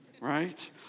right